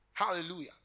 Hallelujah